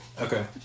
Okay